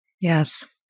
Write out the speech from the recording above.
Yes